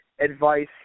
advice